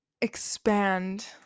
expand